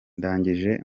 ndangije